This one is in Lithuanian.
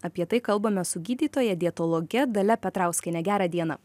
apie tai kalbame su gydytoja dietologe dalia petrauskiene gerą dieną